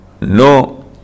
no